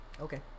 Okay